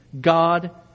God